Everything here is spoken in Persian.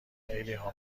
خیلیها